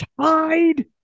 Tied